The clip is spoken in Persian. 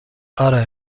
آره